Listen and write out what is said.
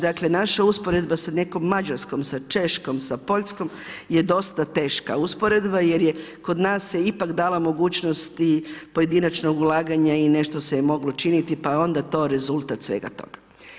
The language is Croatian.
Dakle naša usporedba sa nekom Mađarskom, sa Češkom, sa Poljskom je dosta teška usporedba jer kod nas se ipak dalo mogućnosti pojedinačnog ulaganja i nešto se je moglo učiniti pa je onda to rezultat svega toga.